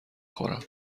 خورم